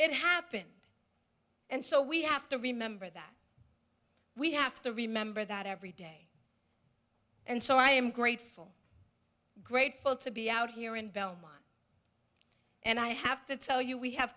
it happens and so we have to remember that we have to remember that every day and so i am grateful grateful to be out here in belmont and i have to tell you we have